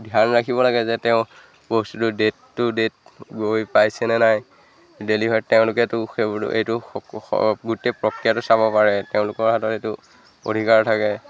ধ্যান ৰাখিব লাগে যে তেওঁ বস্তুটো ডেট টু ডেট গৈ পাইছেনে নাই ডেলিভাৰী তেওঁলোকেতো সেইবোৰ এইটো গোটেই প্ৰক্ৰিয়াটো চাব পাৰে তেওঁলোকৰ হাতত এইটো অধিকাৰ থাকে